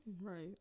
Right